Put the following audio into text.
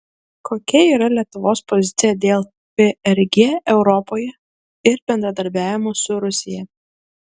kokia yra lietuvos pozicija dėl prg europoje ir bendradarbiavimo su rusija